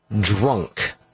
drunk